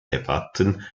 debatten